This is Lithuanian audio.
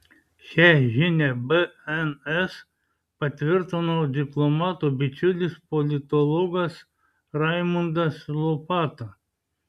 šią žinią bns patvirtino diplomato bičiulis politologas raimundas lopata